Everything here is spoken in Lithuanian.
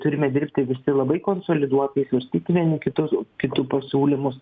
turime dirbti visi labai konsoliduotai svarstyti vieni kitus kitų pasiūlymus